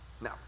Now